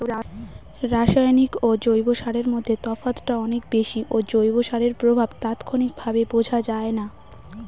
রাসায়নিক ও জৈব সারের মধ্যে তফাৎটা অনেক বেশি ও জৈব সারের প্রভাব তাৎক্ষণিকভাবে বোঝা যায়না